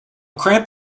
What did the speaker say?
cramp